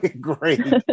great